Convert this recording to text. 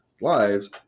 lives